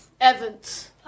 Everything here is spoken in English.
Evans